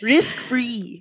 Risk-free